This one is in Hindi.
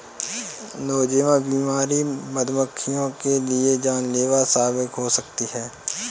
नोज़ेमा बीमारी मधुमक्खियों के लिए जानलेवा साबित हो सकती है